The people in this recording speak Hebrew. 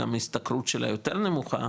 גם השתכרות שלה יותר נמוכה,